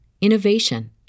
innovation